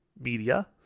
media